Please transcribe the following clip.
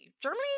Germany